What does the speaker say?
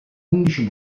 undici